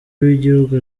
w’igihugu